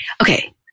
Okay